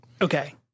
okay